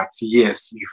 yes